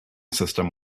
system